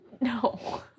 No